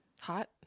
hot